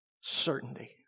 certainty